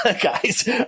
guys